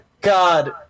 god